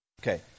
Okay